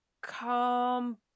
Come